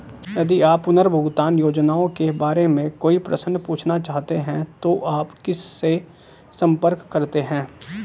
यदि आप पुनर्भुगतान योजनाओं के बारे में कोई प्रश्न पूछना चाहते हैं तो आप किससे संपर्क करते हैं?